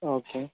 okay